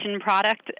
product